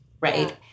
right